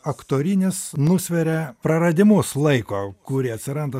aktorinis nusveria praradimus laiko kurie atsiranda